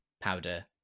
powder